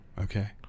Okay